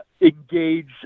engage